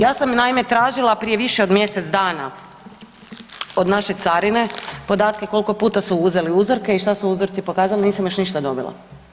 Ja sam naime tražila prije više od mj. dana od naše carine podatke koliko puta su uzeli uzorke i šta su uzori pokazali, nisam još ništa dobila.